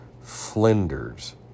Flinders